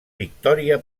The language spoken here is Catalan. victòria